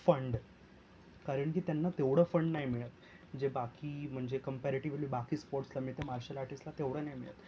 fund कारण की त्यांना तेव्हढं फंड नाही मिळत जे बाकी म्हणजे कमपॅरीटिवली बाकी स्पोर्ट्सला मिळते मार्शल आर्टिस्टला तेवढं नाही मिळत